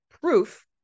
proof